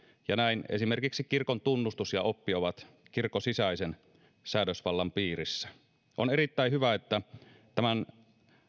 ja näin esimerkiksi kirkon tunnustus ja oppi ovat kirkon sisäisen säädösvallan piirissä on erittäin hyvä että tämän